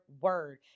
word